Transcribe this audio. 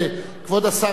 כבוד השר,